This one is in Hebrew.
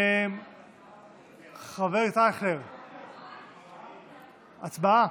חבר הכנסת אייכלר, הצבעה?